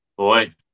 Boy